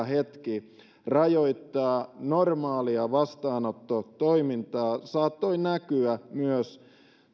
hetki rajoittaa normaalia vastaanottotoimintaa saattoi näkyä myös